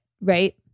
right